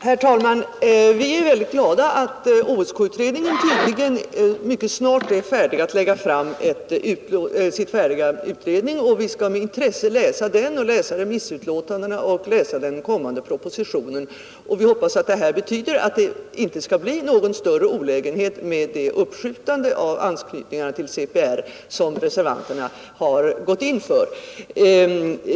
Herr talman! Vi är glada över att OSK-utredningen tydligen mycket snart är färdig att lägga fram sitt betänkande, vilket vi skall läsa med intresse. Vi skall även läsa remissutlåtandena och den kommande propositionen, och vi hoppas att detta betyder att det uppskjutande av anknytningen till CPR som reservanterna gått in för inte skall medföra några större olägenheter.